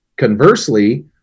Conversely